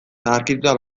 zaharkituta